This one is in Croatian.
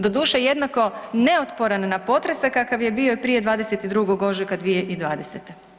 Doduše jednako neotporan na potrese kakav je bio i prije 22. ožujka 2020.